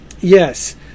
Yes